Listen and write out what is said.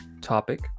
topic